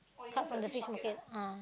cut from the fish market ah